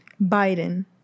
Biden